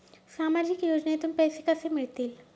सामाजिक योजनेतून पैसे कसे मिळतील?